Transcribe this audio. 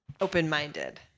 open-minded